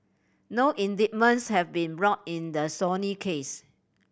no indictments have been brought in the Sony case